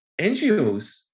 NGOs